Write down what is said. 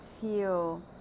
feel